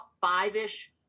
five-ish